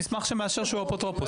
מסמך שמאשר שהוא אפוטרופוס.